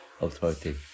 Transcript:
authority